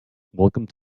welcome